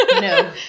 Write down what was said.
No